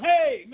Hey